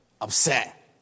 Upset